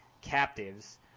captives –